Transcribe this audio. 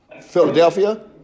Philadelphia